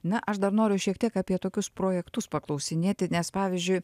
na aš dar noriu šiek tiek apie tokius projektus paklausinėti nes pavyzdžiui